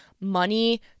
money